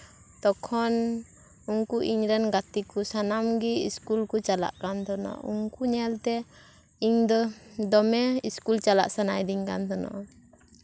ᱛᱚᱠᱷᱚᱱ ᱩᱱᱠᱩ ᱤᱧᱨᱮᱱ ᱜᱟᱛᱮ ᱠᱚ ᱥᱟᱱᱟᱢ ᱜᱮ ᱤᱥᱠᱩᱞ ᱠᱚ ᱪᱟᱞᱟᱜ ᱠᱟᱱ ᱛᱟᱦᱮᱱᱟ ᱩᱱᱠᱩ ᱧᱮᱞᱛᱮ ᱤᱧᱫᱚ ᱫᱚᱢᱮ ᱤᱥᱠᱩᱞ ᱪᱟᱞᱟᱜ ᱥᱟᱱᱟᱭᱤᱫᱤᱧ ᱛᱟᱦᱮᱱᱟ